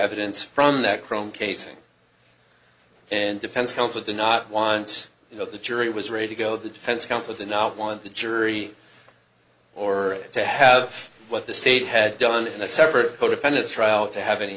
evidence from that chrome casing and defense counsel do not want you know the jury was ready to go the defense counsel did not want the jury or to have what the state had done in a separate codefendants trial to have any